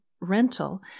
rental